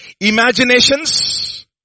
Imaginations